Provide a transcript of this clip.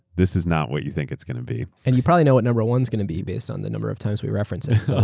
this is not what you think it's going to be. and you probably know what number one is going to be based on the number of times we reference it. so